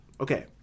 okay